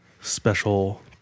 special